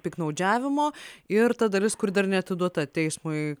piktnaudžiavimo ir ta dalis kuri dar neatiduota teismui